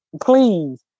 Please